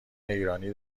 ایرانی